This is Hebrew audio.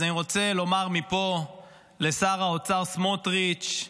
אז אני רוצה לומר מפה לשר האוצר סמוטריץ'